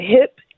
hip